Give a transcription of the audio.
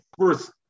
first